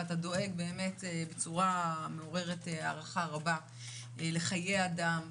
ואתה דואג באמת בצורה מעוררת הערכה רבה לחיי אדם.